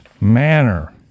manner